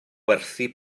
werthu